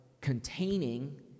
containing